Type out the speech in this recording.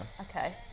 okay